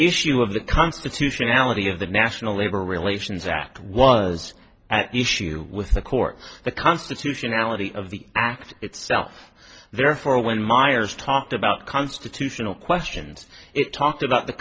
issue of the constitutionality of the national labor relations act was at issue with the court the constitutionality of the act itself therefore when miers talked about constitutional questions it talked about the